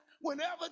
whenever